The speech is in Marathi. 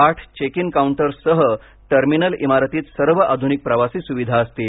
आठ चेक इन काउंटर्ससह टर्मिनल इमारतीत सर्व आधुनिक प्रवासी सुविधा असतील